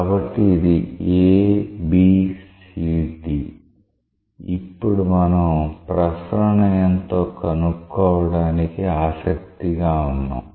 కాబట్టి ఇది A B C D ఇప్పుడు మనం ప్రసరణ ఎంతో కనుక్కోవడానికి ఆసక్తిగా ఉన్నాం